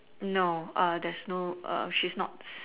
no there's no she's not